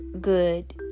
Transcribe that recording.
good